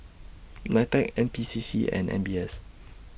NITEC N P C C and M B S